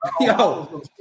Yo